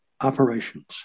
operations